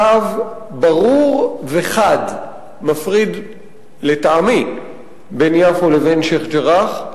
קו ברור וחד מפריד לטעמי בין יפו לבין שיח'-ג'ראח,